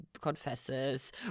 Confesses